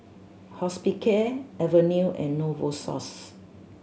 Hospicare Avene and Novosource